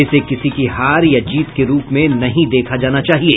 इसे किसी की हार या जीत के रूप में नहीं देखा जाना चाहिये